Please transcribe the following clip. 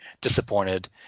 disappointed